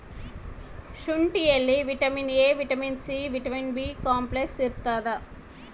ಶುಂಠಿಯಲ್ಲಿ vitamin A vitamin C vitamin B complex ಇರ್ತಾದ